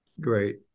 Great